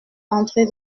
entrez